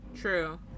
True